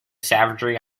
savagery